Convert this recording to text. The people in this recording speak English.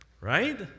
Right